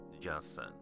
Johnson